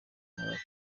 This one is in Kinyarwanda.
nkora